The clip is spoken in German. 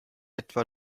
etwa